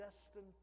destined